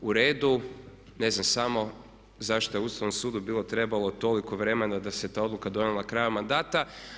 U redu, ne znam samo zašto je Ustavnom sudu bilo trebalo toliko vremena da se ta odluka donijela krajem mandata.